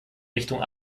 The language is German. richtung